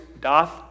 doth